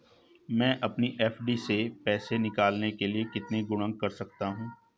मैं अपनी एफ.डी से पैसे निकालने के लिए कितने गुणक कर सकता हूँ?